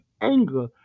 anger